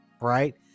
right